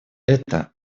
это